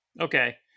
okay